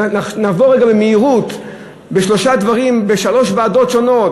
נעבור רגע במהירות על שלושה דברים בשלוש ועדות שונות.